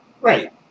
Right